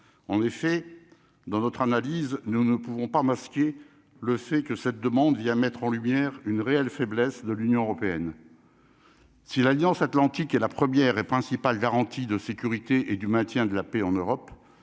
en effet, dans notre analyse, nous ne pouvons pas masquer le fait que cette demande vient mettre en lumière une réelle faiblesse de l'Union européenne si l'Alliance Atlantique et la première et principale garantie de sécurité et du maintien de la paix en Europe